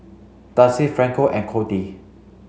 Darcy Franco and Cordie